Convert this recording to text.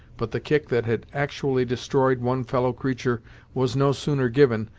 but the kick that had actually destroyed one fellow creature was no sooner given,